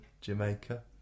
Jamaica